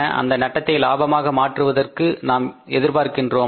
அந்த நட்டத்தை லாபமாக மாற்றுவதற்கு நாம் எதிர்பார்க்கின்றோமா